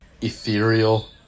Ethereal